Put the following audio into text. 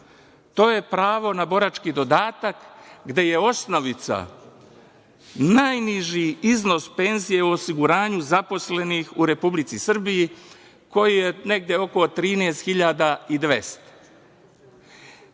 je pravo na borački dodatak, gde je osnovica najniži iznos penzije u osiguranju zaposlenih u Republici Srbiji, koji je negde oko 13.200,00